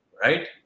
right